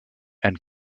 and